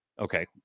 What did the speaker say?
Okay